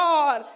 God